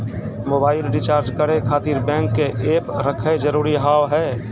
Mobile recharge करे खातिर bank के ऐप रखे जरूरी हाव है?